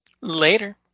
Later